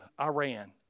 Iran